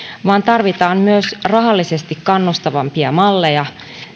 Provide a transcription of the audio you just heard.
vaan tarvitaan myös rahallisesti kannustavampia malleja